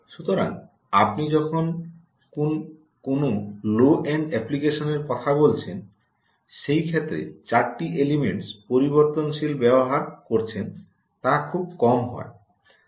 সুতরাং আপনি যখন কোন লো এন্ড অ্যাপ্লিকেশনের কথা বলছেন সেই ক্ষেত্রে 4 টি এলিমেন্টস পরিবর্তনশীল ব্যবহার করেছেন তা খুব কম হয়